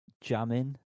jamming